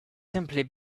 simply